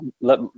let